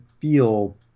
feel